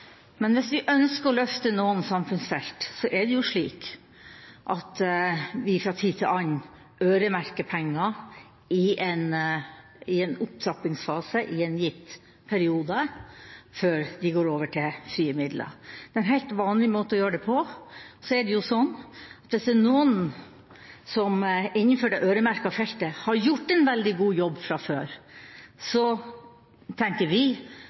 Men hvis vi ønsker å løfte noen samfunnsfelt, er det slik at vi fra tid til annen øremerker penger i en opptrappingsfase, i en gitt periode, før de går over til frie midler. Det er en helt vanlig måte å gjøre det på. Så er det sånn at hvis det er noen som innenfor det øremerkede feltet har gjort en veldig god jobb fra før, tenker vi